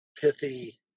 pithy